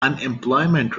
unemployment